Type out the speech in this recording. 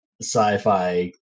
sci-fi